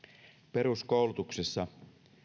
peruskoulutuksessa